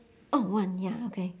oh one ya okay